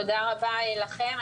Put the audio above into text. תודה רבה לכם.